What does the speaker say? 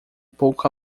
pouco